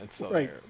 Right